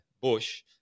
bush